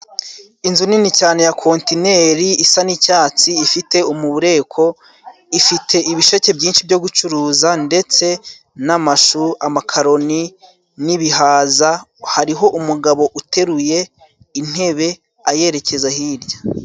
Inzu nini cyane ya kontineri isa n'icyatsi ifite umureko, ifite ibisheke byinshi byo gucuruza, ndetse n'amashu, amakaroni n'ibihaza, hariho umugabo uteruye intebe ayerekeza hirya.